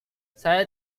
saya